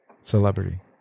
celebrity